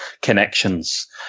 connections